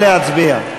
נא להצביע.